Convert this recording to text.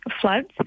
floods